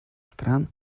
стран